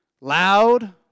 loud